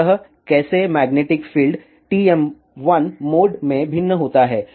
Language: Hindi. तो यह कैसे मैग्नेटिक फील्ड TM1 मोड में भिन्न होता है